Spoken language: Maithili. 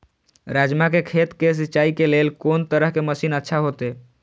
राजमा के खेत के सिंचाई के लेल कोन तरह के मशीन अच्छा होते?